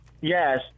Yes